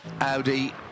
Audi